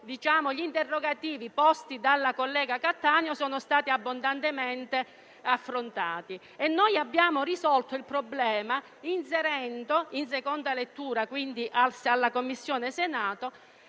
gli interrogativi posti dalla collega Cattaneo sono stati abbondantemente affrontati. Noi abbiamo risolto il problema inserendo in seconda lettura, presso la Commissione